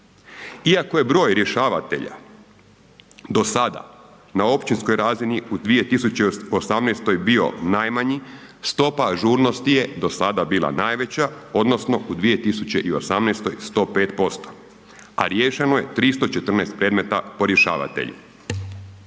Iako je broj rješavateja do sada na općinskoj razini u 2018. bio najmanji, stopa ažurnosti je do sada bila najveća odnosno u 2018. 105%, a riješeno je 314 predmeta po rješavatelju.